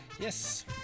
Yes